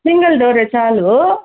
single డోరే చాలూ